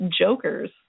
jokers